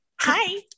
Hi